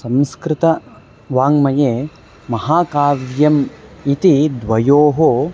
संस्कृतवाङ्मये महाकाव्यम् इति द्वयोः